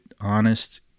honest